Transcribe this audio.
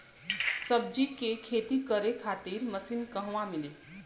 सब्जी के खेती करे खातिर मशीन कहवा मिली?